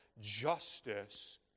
justice